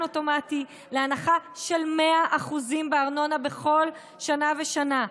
אוטומטי להנחה של 100% בארנונה בכל שנה ושנה,